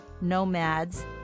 Nomad's